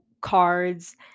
cards